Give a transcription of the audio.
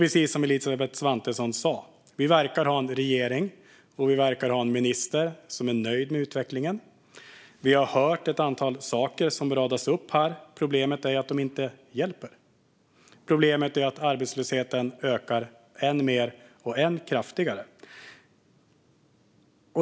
Precis som Elisabeth Svantesson sa verkar vi ha en regering och en minister som är nöjda med utvecklingen. Vi har hört ett antal saker radas upp. Problemet är att de inte hjälper. Arbetslösheten ökar än mer och än kraftigare.